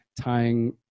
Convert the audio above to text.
tying